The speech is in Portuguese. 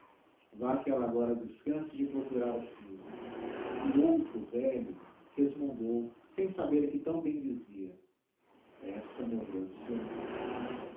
maria vaque ella agora descance de procurar o filho e outro velho resmungou sem saber que tão bem dizia esta morreu de ser mãe